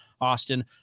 Austin